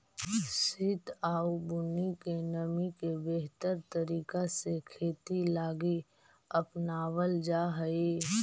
सित आउ बुन्नी के नमी के बेहतर तरीका से खेती लागी अपनाबल जा हई